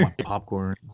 popcorn